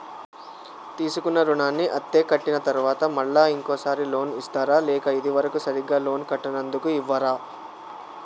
తీసుకున్న రుణాన్ని అత్తే కట్టిన తరువాత మళ్ళా ఇంకో సారి లోన్ ఇస్తారా లేక ఇది వరకు సరిగ్గా లోన్ కట్టనందుకు ఇవ్వరా?